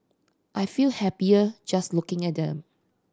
I feel happier just looking at them